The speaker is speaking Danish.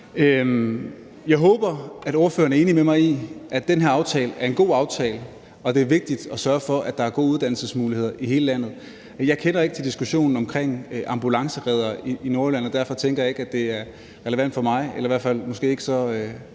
Jeg håber, at ordføreren er enig med mig i, at den her aftale er en god aftale, og at det er vigtigt at sørge for, at der er gode uddannelsesmuligheder i hele landet. Jeg kender ikke til diskussionen om ambulancereddere i Nordjylland, og derfor tænker jeg ikke, at det vil være så kløgtigt af mig at svare